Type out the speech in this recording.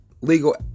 legal